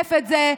משקף את זה.